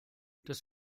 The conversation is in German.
das